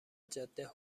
جاده